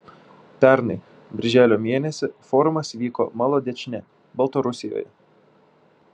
pernai birželio mėnesį forumas vyko molodečne baltarusijoje